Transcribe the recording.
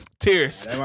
Tears